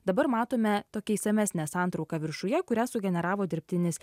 dabar matome tokią išsamesnę santrauką viršuje kurią sugeneravo dirbtinis